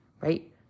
Right